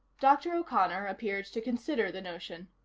dr. o'connor appeared to consider the notion.